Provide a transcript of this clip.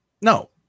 no